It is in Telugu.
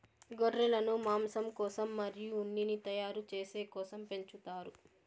గొర్రెలను మాంసం కోసం మరియు ఉన్నిని తయారు చేసే కోసం పెంచుతారు